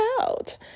out